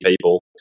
people